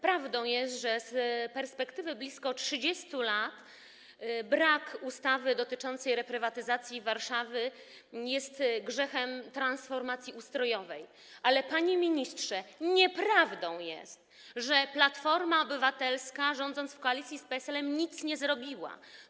Prawdą jest, że z perspektywy blisko 30 lat brak ustawy dotyczącej reprywatyzacji w Warszawie jest grzechem transformacji ustrojowej, ale nieprawdą jest, panie ministrze, że Platforma Obywatelska, rządząc w koalicji z PSL-em, nic nie zrobiła.